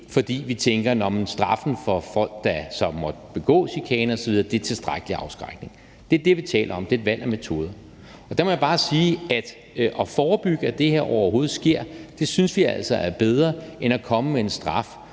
fordi vi tænker, at straffen for folk, der måtte begå chikane osv., er tilstrækkelig afskrækkende? Det er det, vi taler om. Det er et valg af metode. Der må jeg bare sige, at det at forebygge, at det her overhovedet sker, synes vi altså er bedre end at komme med en straf,